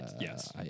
yes